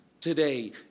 today